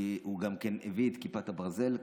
הוא גם כן הביא את כיפת הברזל.